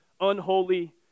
unholy